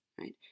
right